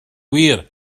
wir